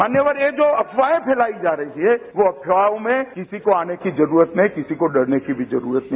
मान्यवर ये जो अफवाहें फैलायी जा रही हैं वो अफवाओ में किसी को आने की जरुरत नहीं किसी को डरने की भी जरुरत नहीं